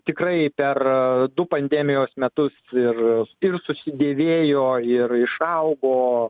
tikrai per du pandemijos metus ir ir susidėvėjo ir išaugo